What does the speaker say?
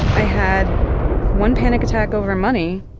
i had one panic attack over money,